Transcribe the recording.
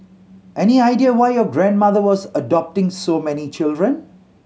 any idea why your grandmother was adopting so many children